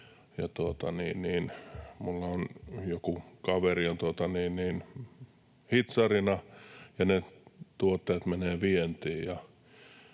Minulla on joku kaveri hitsarina, ja ne tuotteet menevät vientiin.